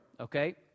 Okay